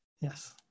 Yes